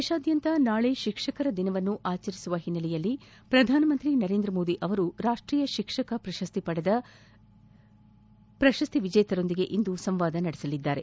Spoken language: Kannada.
ದೇಶಾದ್ಯಂತ ನಾಳೆ ಶಿಕ್ಷಕರ ದಿನವನ್ನು ಆಚರಿಸುವ ಹಿನ್ನೆಲೆಯಲ್ಲಿ ಪ್ರಧಾನಮಂತ್ರಿ ನರೇಂದ್ರ ಮೋದಿ ಅವರು ರಾಷ್ಟೀಯ ಶಿಕ್ಷಕ ಪ್ರಶಸ್ತಿ ಪಡೆದ ಪ್ರಶಸ್ತಿ ವಿಜೇತರೊಂದಿಗೆ ಇಂದು ಸಂವಾದ ನಡೆಸಲಿದ್ದಾರೆ